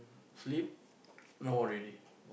sleep no already